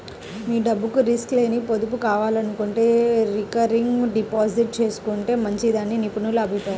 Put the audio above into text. మీ డబ్బుకు రిస్క్ లేని పొదుపు కావాలనుకుంటే రికరింగ్ డిపాజిట్ చేసుకుంటే మంచిదని నిపుణుల అభిప్రాయం